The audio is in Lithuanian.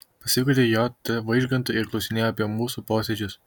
pasikvietė j t vaižgantą ir klausinėjo apie mūsų posėdžius